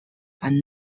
are